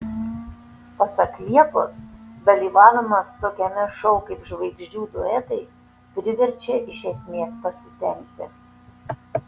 pasak liepos dalyvavimas tokiame šou kaip žvaigždžių duetai priverčia iš esmės pasitempti